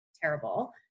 terrible